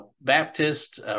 baptist